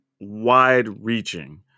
wide-reaching